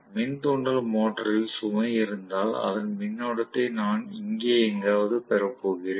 மின் தூண்டல் மோட்டாரில் சுமை இருந்தால் அதன் மின்னோட்டத்தை நான் இங்கே எங்காவது பெறப் போகிறேன்